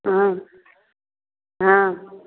हँ हँ